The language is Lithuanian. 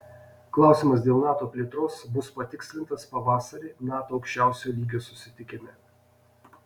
klausimas dėl nato plėtros bus patikslintas pavasarį nato aukščiausio lygios susitikime